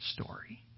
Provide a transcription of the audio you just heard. story